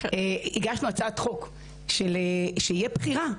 הגשנו הצעת חוק שתהיה בחירה.